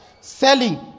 selling